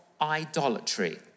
idolatry